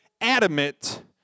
adamant